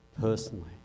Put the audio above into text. personally